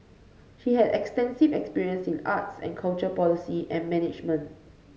she has extensive experience in arts and culture policy and management